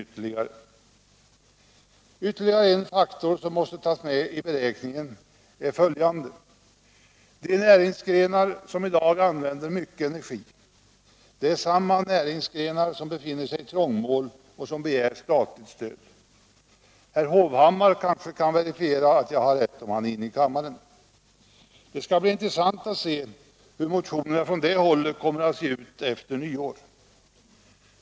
Ytterligare en faktor som måste tas med i beräkningen är följande: De näringsgrenar som i dag använder mycket energi är samma näringsgrenar som befinner sig i trångmål och som begärt statligt stöd. Herr Hovhammar kanske kan verifiera mina uppgifter, om han är inne i kammaren. Det skall bli intressant att se hur motionerna från det hållet kommer att se ut efter nyår.